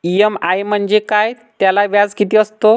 EMI म्हणजे काय? त्याला व्याज किती असतो?